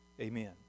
Amen